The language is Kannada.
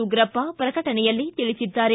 ಉಗ್ರಪ್ಪ ಪ್ರಕಟಣೆಯಲ್ಲಿ ತಿಳಿಸಿದ್ದಾರೆ